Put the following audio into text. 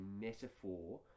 metaphor